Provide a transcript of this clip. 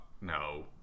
No